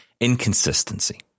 inconsistency